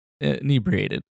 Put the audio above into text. inebriated